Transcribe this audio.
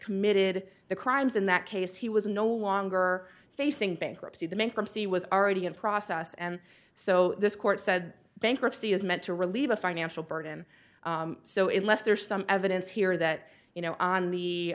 committed the crimes in that case he was no longer facing bankruptcy the bankruptcy was already in process and so this court said bankruptcy is meant to relieve a financial burden so it left there is some evidence here that you know on the